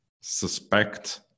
suspect